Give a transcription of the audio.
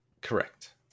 correct